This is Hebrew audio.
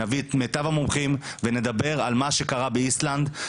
נביא את מיטב המומחים ונדבר על מה שקרה באיסלנד,